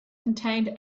contained